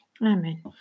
Amen